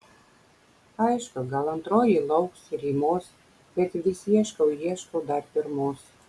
aišku gal antroji lauks rymos bet vis ieškau ieškau dar pirmos